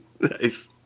Nice